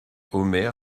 omer